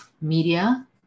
media